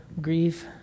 grieve